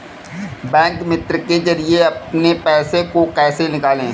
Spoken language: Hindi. बैंक मित्र के जरिए अपने पैसे को कैसे निकालें?